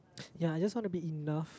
ya I just want to be enough